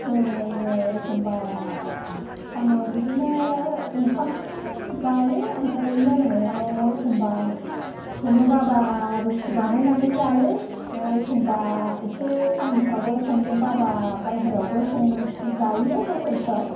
जोङो एखमबा सानाव बिदिनो ओंखाम जायो आमफ्राय मोनायाव एखमबा संनोबाब्ला रुथि बानायनानै जायो आरो एखमबा एसे सानफ्रावबो संनो बाबा बायह्रेयावबो जायो हटेलफ्राव